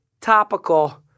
Topical